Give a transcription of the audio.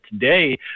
today